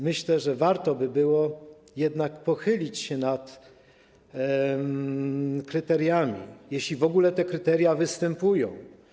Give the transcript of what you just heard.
Myślę, że warto byłoby jednak pochylić się nad kryteriami, jeśli w ogóle te kryteria występują.